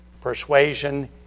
persuasion